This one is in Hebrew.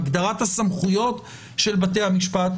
הגדרת הסמכויות של בתי המשפט,